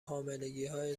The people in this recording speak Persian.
حاملگیهای